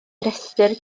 restr